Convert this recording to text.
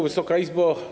Wysoka Izbo!